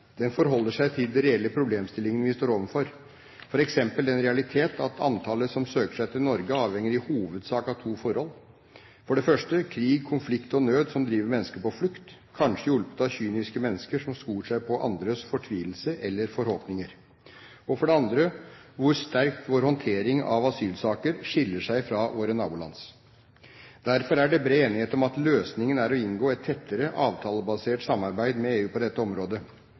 Den forholder seg til de reelle problemstillingene vi står overfor, f.eks. den realitet at antallet som søker seg til Norge, i hovedsak avhenger av to forhold: for det første krig, konflikt og nød som driver mennesker på flukt, kanskje hjulpet av kyniske mennesker som skor seg på andres fortvilelse eller forhåpninger; for det andre hvor sterkt vår håndtering av asylsaker skiller seg fra våre nabolands. Derfor er det bred enighet om at løsningen er å inngå et tettere avtalebasert samarbeid med EU på dette området,